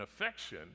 affection